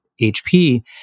HP